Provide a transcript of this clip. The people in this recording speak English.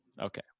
okay